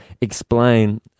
explain